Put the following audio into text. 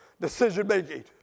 decision-making